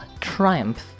triumph